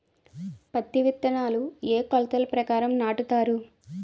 పత్తి విత్తనాలు ఏ ఏ కొలతల ప్రకారం నాటుతారు?